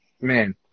man